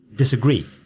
Disagree